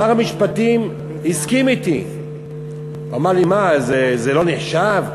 שר המשפטים הסכים אתי, אמר לי: מה, זה לא נחשב?